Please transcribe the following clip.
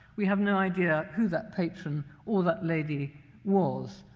we have no idea who that patron or that lady was,